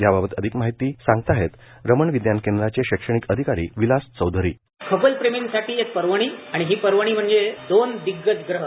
याबाबत अधिक माहिती सांगताहेत रमण विज्ञान केंद्राचे शैक्षणिक अधिकारी विलास चौधरी खगोल प्रेमिंसाठी एक पर्वनी आणि ही पर्वनी म्हणजे दोन दिग्गज ग्रह